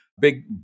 big